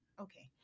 okay